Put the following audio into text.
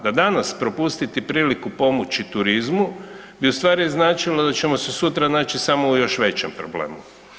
Da danas propustiti priliku pomoći turizmu bi u stvari značilo da ćemo se sutra naći samo u još većem problemu.